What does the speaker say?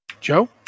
Joe